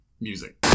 music